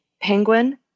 penguin